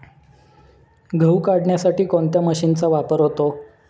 गहू काढण्यासाठी कोणत्या मशीनचा वापर होतो?